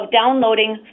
downloading